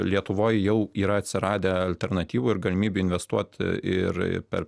lietuvoj jau yra atsiradę alternatyvų ir galimybių investuot ir ir per